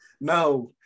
No